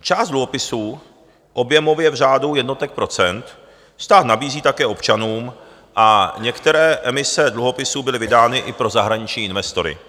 Část dluhopisů, objemově v řádu jednotek procent, stát nabízí také občanům a některé emise dluhopisů byly vydány i pro zahraniční investory.